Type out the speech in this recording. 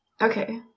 Okay